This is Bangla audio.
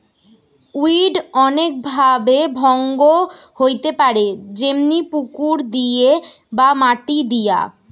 উইড অনেক ভাবে ভঙ্গ হইতে পারে যেমনি পুকুর দিয়ে বা মাটি দিয়া